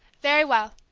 very well,